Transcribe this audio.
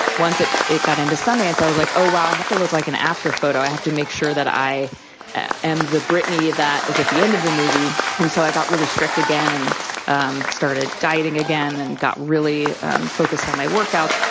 once it it got into sundance, i was like, oh wow, i have to look like an after photo. i have to make sure that i am the britney that is at the end of the movie. and so i got really strict again and um started dieting again and got really focused on my workouts.